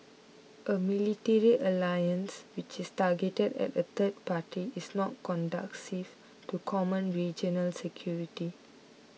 a military alliance which is targeted at a third party is not conducive to common regional security